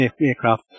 aircraft